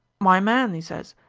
my man e sez,